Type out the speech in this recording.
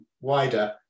wider